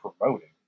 promoting